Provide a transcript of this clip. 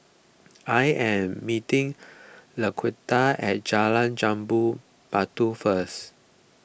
I am meeting Laquita at Jalan Jambu Batu first